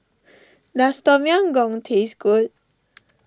does Tom Yam Goong taste good